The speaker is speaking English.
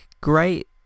great